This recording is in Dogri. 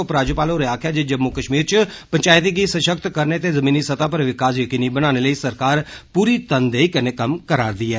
उपराज्यपाल होरें आकखेआ जे जम्मू कश्मीर च पंचायतें गी सशक्त करने ते जमीनी सतह् पर विकास जकीनी बनाने लेई सरकार पूरी तनदेई कन्नै कम्म करा'रदी ऐ